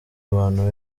abantu